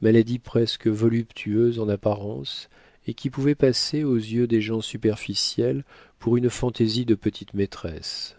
maladie presque voluptueuse en apparence et qui pouvait passer aux yeux des gens superficiels pour une fantaisie de petite-maîtresse